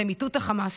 שהם מיטוט החמאס,